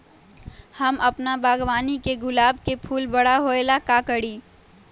हम अपना बागवानी के गुलाब के फूल बारा होय ला का करी?